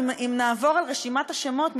אם נעבור על רשימת השמות,